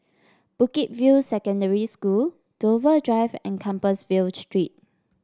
Bukit View Secondary School Dover Drive and Compassvale Street